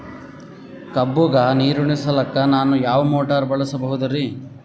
ಕಬ್ಬುಗ ನೀರುಣಿಸಲಕ ನಾನು ಯಾವ ಮೋಟಾರ್ ಬಳಸಬಹುದರಿ?